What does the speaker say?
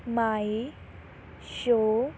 Meesho